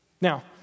Now